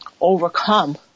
overcome